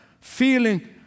feeling